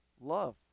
love